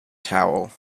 towel